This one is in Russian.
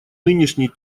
нынешний